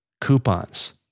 coupons